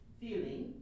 feeling